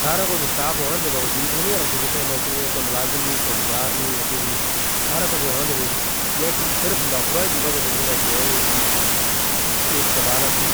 سارا کچھ سٹاف ہونے دے باوجود ہی نہیں ہے، کوئی تھہیں مقصد ہے، کوئی ملازم نہیں، چوکیدار نہیں، کچھ نہیں، سارا کچھ ہونے دے باوجود ہی۔ یہ ایک صرف لپروہی دی وجہ توں جڑے جے، یہ چیز اسپتال استی